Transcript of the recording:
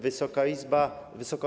Wysoka Izbo!